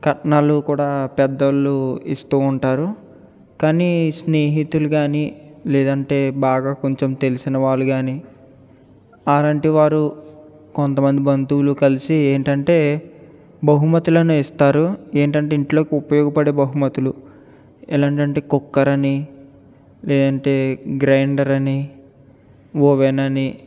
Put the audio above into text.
కట్నాలు కూడా పెద్దవాళ్ళు ఇస్తూ ఉంటారు కానీ స్నేహితులు కానీ లేదంటే బాగా కొంచెం తెలిసిన వాళ్ళు కానీ అలాంటి వారు కొంత మంది బంధువులు కలిసి ఏంటంటే బహుమతులను ఇస్తారు ఏంటంటే ఇంట్లోకి ఉపయోగపడే బహుమతులు ఎలాంటివి అంటే కుక్కర్ అని లేదంటే గ్రైండర్ అని ఓవెన్ అని